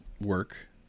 work